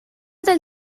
del